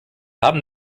haben